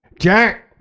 Jack